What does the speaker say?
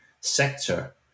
sector